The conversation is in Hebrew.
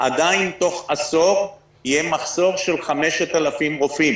עדיין תוך עשור יהיה מחסור של 5,000 רופאים.